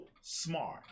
smart